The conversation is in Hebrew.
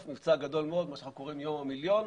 שלום,